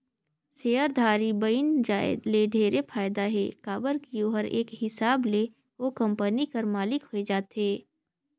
सेयरधारी बइन जाये ले ढेरे फायदा हे काबर की ओहर एक हिसाब ले ओ कंपनी कर मालिक होए जाथे